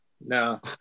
no